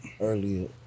earlier